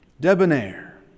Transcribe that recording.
debonair